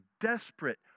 desperate